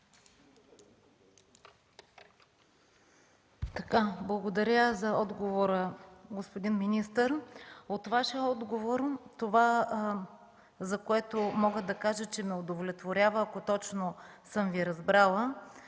Благодаря за отговора, господин министър. От Вашия отговор това, за което мога да кажа, че ме удовлетворява, ако точно съм Ви разбрала,